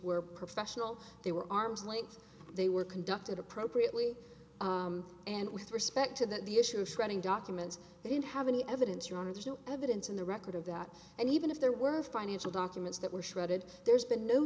were professional they were arm's length they were conducted appropriately and with respect to that the issue of shredding documents they didn't have any evidence your honor there's no evidence in the record of that and even if there were financial documents that were shredded there's been no